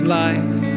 life